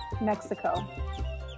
Mexico